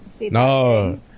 No